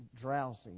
drowsy